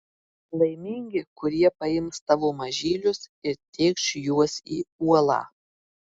laimingi kurie paims tavo mažylius ir tėkš juos į uolą